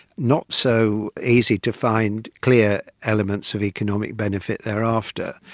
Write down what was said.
not so easy to find clear elements of economic benefit thereafter.